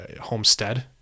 homestead